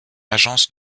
agence